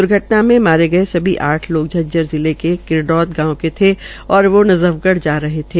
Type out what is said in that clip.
द्र्घटना में मारे गये सभी आठ लोग झज्जर जिले के किरडौध गांव के थे और वे नफजगढ़ जा रहे थे